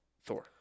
Thor